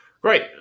Great